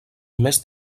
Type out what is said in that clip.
més